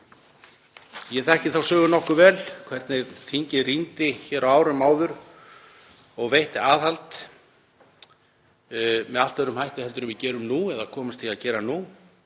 Ég þekki þá sögu nokkuð vel hvernig þingið rýndi hér á árum áður og veitti aðhald með allt öðrum hætti en við gerum nú eða komumst í að gera nú